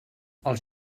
els